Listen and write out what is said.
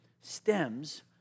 stems